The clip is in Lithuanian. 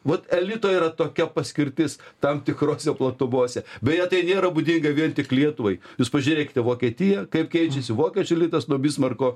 vat elito yra tokia paskirtis tam tikrose platumose beje tai nėra būdinga vien tik lietuvai jūs pažiūrėkite vokietija kaip keičiasi vokiečių elitas nuo bismarko